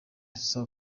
saa